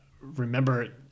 remember